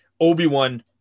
obi-wan